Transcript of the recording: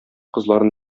кызларын